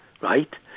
right